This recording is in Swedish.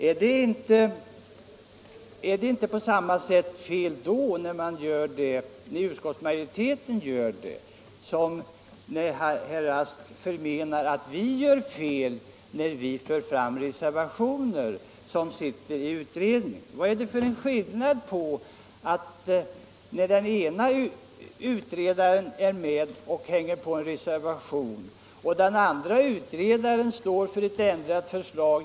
Är det inte lika fel när utskottsmajoriteten föreslår ändringar i departementschefens förslag som när reservanterna gör det? Herr Rask sitter ju själv med i utredningen och har ändå ställt sig bakom en sådan ändring av departementschefens förslag.